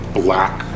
black